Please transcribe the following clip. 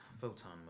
photon